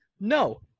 No